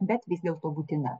bet vis dėlto būtina